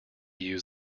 use